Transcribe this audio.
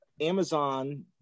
Amazon